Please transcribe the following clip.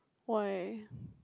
why